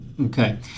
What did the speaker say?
okay